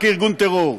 כארגון טרור.